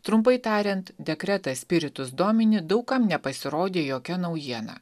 trumpai tariant dekretas spiritus domini daug kam nepasirodė jokia naujiena